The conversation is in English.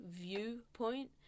viewpoint